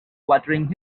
watering